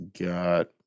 Got